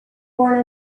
born